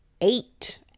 eight